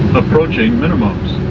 approaching minimums.